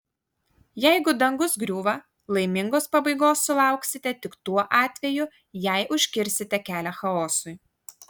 jeigu dangus griūva laimingos pabaigos sulauksite tik tuo atveju jei užkirsite kelią chaosui